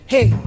Hey